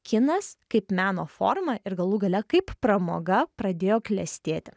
kinas kaip meno forma ir galų gale kaip pramoga pradėjo klestėti